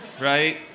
right